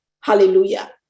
Hallelujah